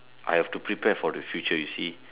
I have to prepare for the future you see